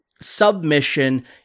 submission